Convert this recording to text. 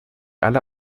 alle